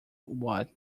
what